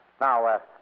Now